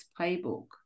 playbook